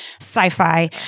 sci-fi